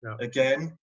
again